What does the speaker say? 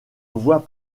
voie